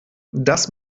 das